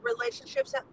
relationships